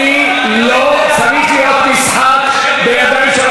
אני לא צריך להיות משחק בידיים של,